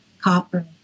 copper